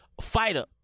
fighter